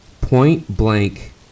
point-blank